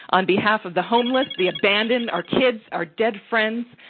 on behalf of the homeless, the abandoned, our kids, our dead friends,